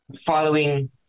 following